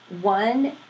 one